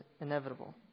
inevitable